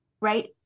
right